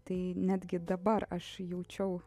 tai netgi dabar aš jaučiau